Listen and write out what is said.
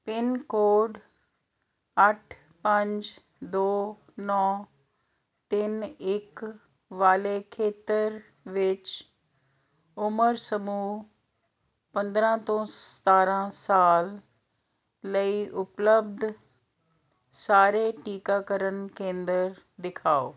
pin code ਅੱਠ ਪੰਜ ਦੋ ਨੌਂ ਤਿੰਨ ਇੱਕ ਵਾਲੇ ਖੇਤਰ ਵਿੱਚ ਉਮਰ ਸਮੂਹ ਪੰਦਰਾਂ ਤੋਂ ਸਤਾਰਾਂ ਸਾਲ ਲਈ ਉਪਲੱਬਧ ਸਾਰੇ ਟੀਕਾਕਰਨ ਕੇਂਦਰ ਦਿਖਾਓ